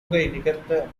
நிகர்த்த